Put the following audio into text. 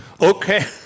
Okay